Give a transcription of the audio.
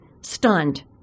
stunned